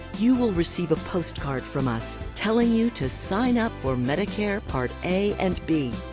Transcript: you will receive a post card from us telling you to sign up for medicare part a and b.